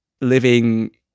living